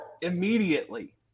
immediately